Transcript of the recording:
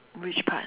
which part